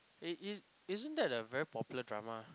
it is isn't that a very popular drama